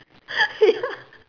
ya